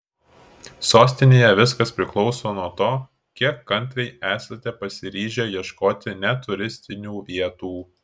sostinėje viskas priklauso nuo to kiek kantriai esate pasiryžę ieškoti ne turistinių vietų